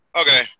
Okay